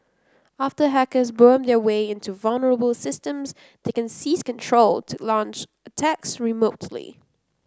after hackers worm their way into vulnerable systems they can seize control to launch attacks remotely